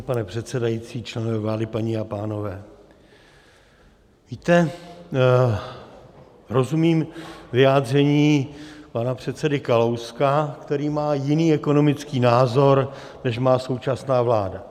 Vážený pane předsedající, členové vlády, paní a pánové, víte, rozumím vyjádření pana předsedy Kalouska, který má jiný ekonomický názor, než má současná vláda.